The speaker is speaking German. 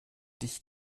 dich